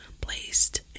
placed